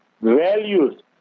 values